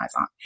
on